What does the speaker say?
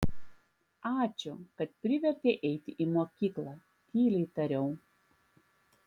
ačiū kad privertei eiti į mokyklą tyliai tariau